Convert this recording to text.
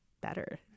better